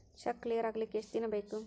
Check clear ಆಗಲಿಕ್ಕೆ ಎಷ್ಟ ದಿನ ಬೇಕು?